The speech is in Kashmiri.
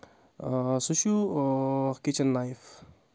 سُہ چھُ کِچن نایف